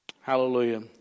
Hallelujah